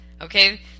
okay